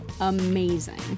amazing